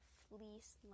fleece